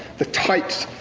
the tight